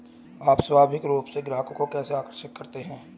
आप स्वाभाविक रूप से ग्राहकों को कैसे आकर्षित करते हैं?